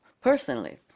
personally